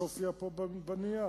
שהופיעה פה בנייר,